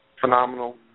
phenomenal